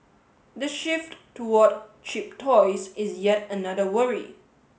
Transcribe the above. the shift toward cheap toys is yet another worry